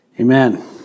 Amen